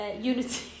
Unity